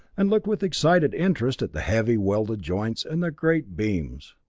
and looked with excited interest at the heavy welded joints and the great beams.